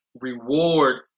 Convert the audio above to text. reward